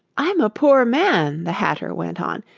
i'm a poor man the hatter went on,